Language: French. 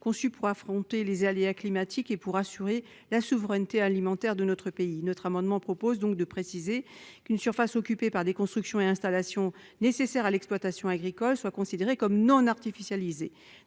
conçues pour affronter les aléas climatiques et pour assurer la souveraineté alimentaire de notre pays. Il s'agit de préciser qu'une surface occupée par des constructions, installations et aménagements nécessaires à l'exploitation agricole sera considérée comme non artificialisée.